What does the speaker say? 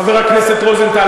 חבר הכנסת רוזנטל,